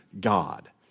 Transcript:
God